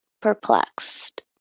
perplexed